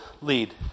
lead